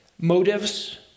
motives